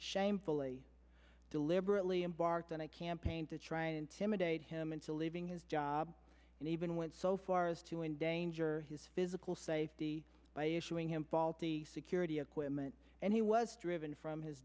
shamefully deliberately embarked on a campaign to try to intimidate him into leaving his job and even went so far as to endanger his physical safety by issuing him faulty security equipment and he was driven from his